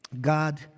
God